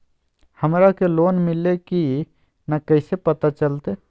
हमरा के लोन मिल्ले की न कैसे पता चलते?